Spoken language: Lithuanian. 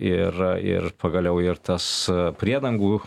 ir ir pagaliau ir tas priedangų